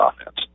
offense